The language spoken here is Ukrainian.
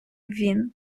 він